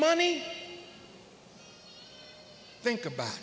money think about